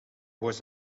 was